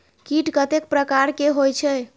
कीट कतेक प्रकार के होई छै?